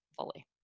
fully